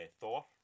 Thor